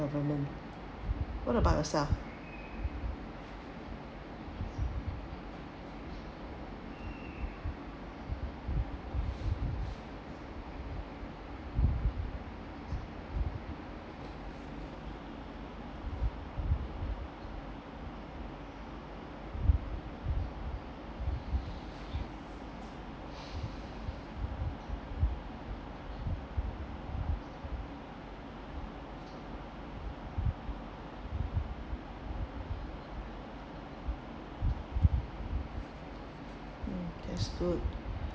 government what about yourself